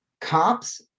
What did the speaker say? Cops